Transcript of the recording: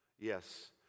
Yes